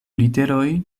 literoj